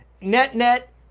net-net